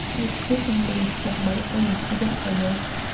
i stood amazed at my own forgetfulness.